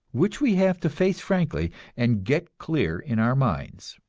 which we have to face frankly and get clear in our minds.